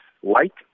white